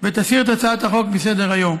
ותסיר את הצעת החוק מסדר-היום.